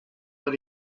but